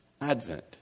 advent